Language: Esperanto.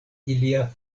ilia